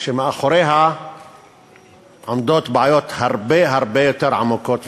שמאחוריה עומדות בעיות הרבה הרבה יותר עמוקות וקשות.